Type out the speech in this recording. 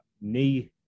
knee